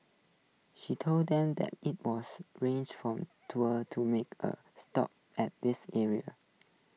he told them that IT was rich for tour to make A stop at this area